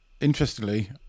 interestingly